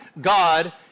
God